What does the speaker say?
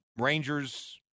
Rangers